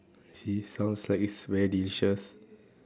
I see sounds like it's very delicious